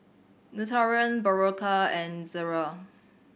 Nutren Berocca and Ezerra